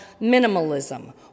minimalism